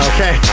Okay